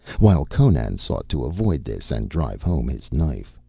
while conan sought to avoid this and drive home his knife.